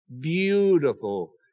Beautiful